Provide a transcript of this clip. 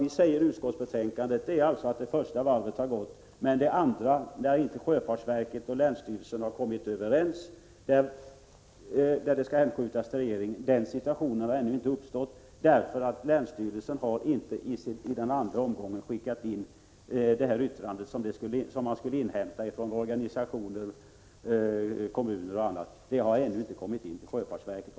I utskottsbetänkandet säger vi att det första varvet har gått men att det andra, där sjöfartsverket och länsstyrelsen inte har kommit överens och som skall hänskjutas till regeringen, ännu inte har nåtts. Länsstyrelsen har nämligen inte skickat in det yttrande som skulle inhämtas från organisationer, kommuner m.fl. till sjöfartsverket.